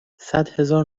صدهزار